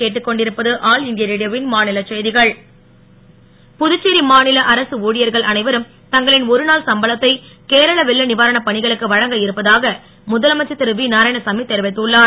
நன்கொடை புதுச்சேரி மாநில அரசு ஊழியர்கள் அனைவரும் தங்களின் ஒருநாள் சம்பளத்தை கேரள வெள்ள நிவாரணப் பணிகளுக்கு வழங்க இருப்பதாக முதலமைச்சர் திரு வி நாராயணசாமி தெரிவித்துள்ளார்